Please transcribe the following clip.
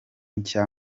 nshya